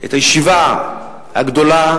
את הישיבה הגדולה,